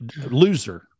loser